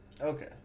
Okay